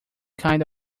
kind